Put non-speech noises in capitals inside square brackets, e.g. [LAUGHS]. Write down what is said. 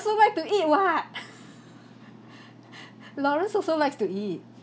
also like to eat [what] [LAUGHS] lawrence also likes to eat